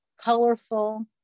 colorful